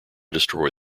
destroy